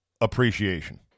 appreciation